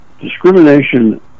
Discrimination